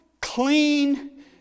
clean